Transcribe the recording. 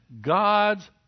God's